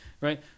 Right